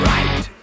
Right